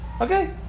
Okay